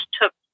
took